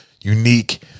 unique